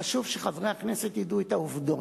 חשוב שחברי הכנסת ידעו את העובדות,